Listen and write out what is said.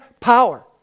power